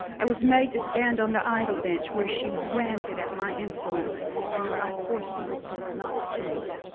i was made to stand on the idle bench where she ranted at my insolence and where i forced myself not to faint.